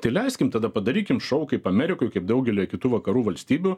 tai leiskim tada padarykim šou kaip amerikoj kaip daugelyje kitų vakarų valstybių